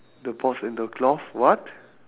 the box and the cloth what